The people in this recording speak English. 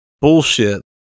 bullshit